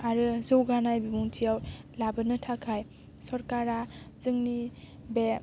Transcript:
आरो जौगानाय बिबुंथियाव लाबोनो थाखाय सरकारा जोंनि बे